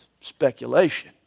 speculation